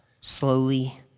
slowly